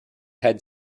head